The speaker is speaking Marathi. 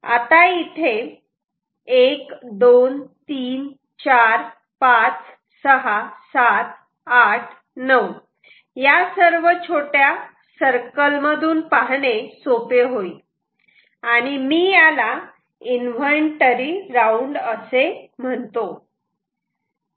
आता इथे 1 2 3 4 5 6 7 8 9 या सर्व छोट्या सर्कल मधून पाहणे सोपे होईल आणि मी याला इन्व्हेंटरी राऊंड असे म्हणतो